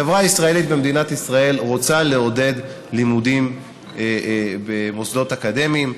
החברה הישראלית במדינת ישראל רוצה לעודד לימודים במוסדות אקדמיים,